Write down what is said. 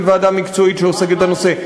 שהיא ועדה מקצועית שעוסקת בנושא.